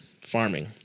farming